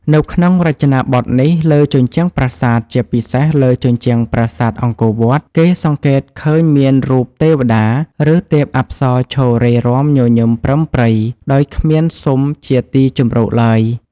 នៅក្នុងរចនាបថនេះ លើជញ្ជាំងប្រាសាទ ជាពិសេសលើជញ្ជាំងប្រាសាទអង្គរវត្ដ គេសង្កេត ឃើញមានរូប ទេវតា ឬទេពអប្សរឈររេរាំញញឹមប្រិមប្រិយ ដោយគ្មានស៊ុមជាទីជម្រកឡើយ ។